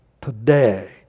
today